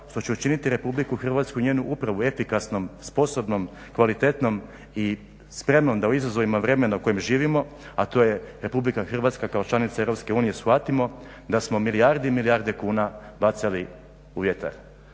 što će učiniti RH i njenu upravu efikasnom, sposobnom, kvalitetnom i spremnom da u izazovima vremena u kojima živimo, a to je RH kao članica EU, shvatimo da smo milijarde i milijarde kuna bacili u vjetar.